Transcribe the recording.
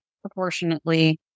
proportionately